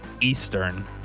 Eastern